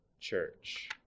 church